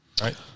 right